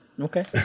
Okay